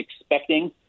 expecting